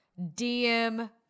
DM